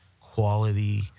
quality